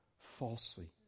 falsely